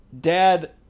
dad